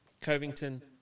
Covington